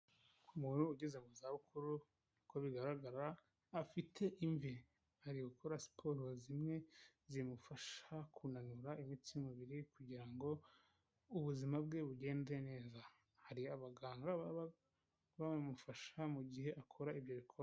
Umuntu ugeze mu za bukuru uko bigaragara afite imvi ari gukora siporo zimwe zimufasha kunura imitsi mu mubiri kugira ngo ubuzima bwe bugende neza, hari abaganga baba babimufasha mu gihe akora ibyo biko.